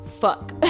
fuck